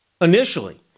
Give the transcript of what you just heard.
initially